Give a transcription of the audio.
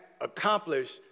accomplish